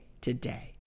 today